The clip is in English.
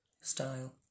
style